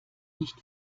nicht